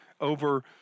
over